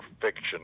fiction